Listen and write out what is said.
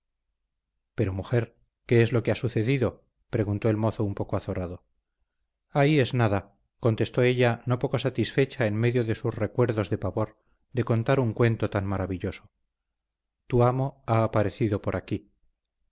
pero mujer qué es lo que ha sucedido preguntó el mozo un poco azorado ahí es nada contestó ella no poco satisfecha en medio de sus recuerdos de pavor de contar un cuento tan maravilloso tu amo ha aparecido por aquí